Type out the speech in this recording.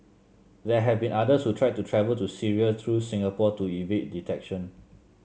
there have been others who tried to travel to Syria through Singapore to evade detection